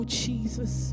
jesus